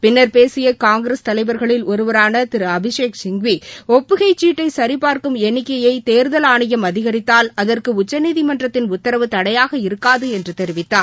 பின்னர் பேசியகாங்கிரஸ் தலைவர்களில் ஒருவரானதிருஅபிஷேக் சிங்வி ஒப்புகை சீட்டைசரிபார்க்கும் எண்ணிக்கையதேர்தல் ஆணையம் அதிகரித்தால் அதற்குஉச்சநீதிமன்றத்தின் உத்தரவு தடையாக இருக்காதுஎன்றுதெரிவித்தார்